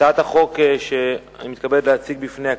הצעת החוק שאני מתכבד להציג בפני הכנסת,